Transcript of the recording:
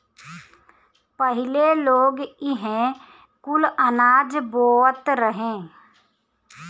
पहिले लोग इहे कुल अनाज बोअत रहे